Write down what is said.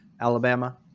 Alabama